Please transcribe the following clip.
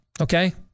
Okay